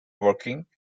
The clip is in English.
working